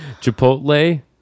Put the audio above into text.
Chipotle